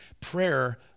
Prayer